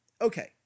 okay